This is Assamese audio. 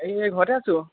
এই ঘৰতে আছোঁ